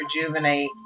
rejuvenate